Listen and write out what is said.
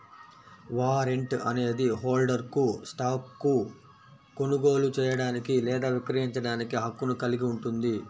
warrant అనేది హోల్డర్కు స్టాక్ను కొనుగోలు చేయడానికి లేదా విక్రయించడానికి హక్కును కలిగి ఉంటుంది